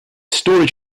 storage